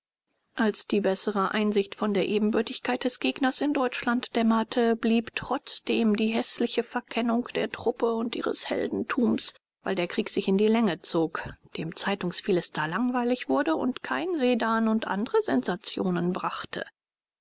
als die bessere einsicht von der ebenbürtigkeit des gegners in deutschland dämmerte blieb trotzdem die häßliche verkennung der truppe und ihres heldentums weil der krieg sich in die länge zog dem zeitungsphilister langweilig wurde und kein sedan oder andre sensationen brachte